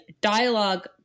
dialogue